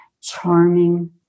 charming